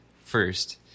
first